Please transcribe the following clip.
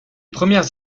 premières